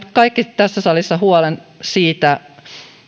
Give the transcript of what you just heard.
kaikki tässä salissa huolen siitä